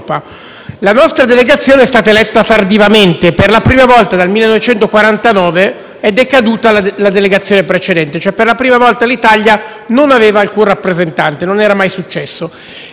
La nostra delegazione è stata eletta tardivamente. Per la prima volta dal 1949 è decaduta la delegazione precedente, cioè per la prima volta l'Italia non aveva alcun rappresentante e ciò non era mai successo.